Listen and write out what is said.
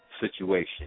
situation